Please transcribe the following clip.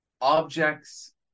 objects